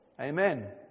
Amen